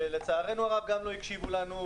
שלצערנו גם לא הקשיבו לנו,